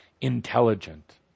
intelligent